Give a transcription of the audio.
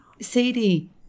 Sadie